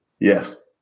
Yes